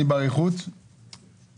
זאת התעללות בחסרי ישע.